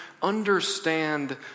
understand